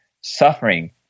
suffering